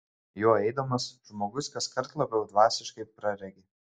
juo eidamas žmogus kaskart labiau dvasiškai praregi